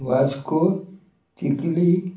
Vasco Chicalim